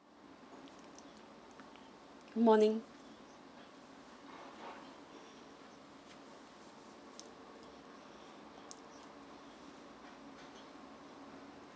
morning